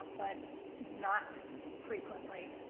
um but not frequently.